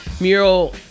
mural